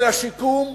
לשיקום,